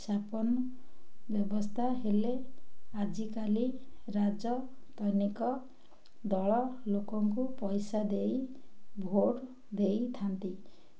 ବ୍ୟବସ୍ଥା ହେଲେ ଆଜିକାଲି ରାଜନୈତିକ ଦଳ ଲୋକଙ୍କୁ ପଇସା ଦେଇ ଭୋଟ ଦେଇଥାନ୍ତି